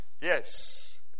yes